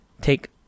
take